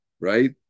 right